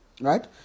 right